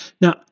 Now